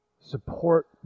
Support